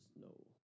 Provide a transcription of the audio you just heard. no